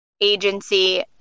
agency